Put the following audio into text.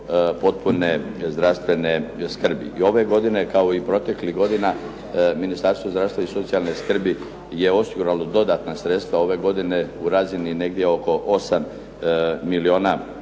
potpune zdravstvene skrbi. I ove godine kao i proteklih godina Ministarstvo zdravstva i socijalne skrbi je osiguralo dodatna sredstva, ove godine u razini negdje oko 8 milijuna